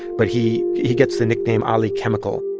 but he he gets the nickname ali chemical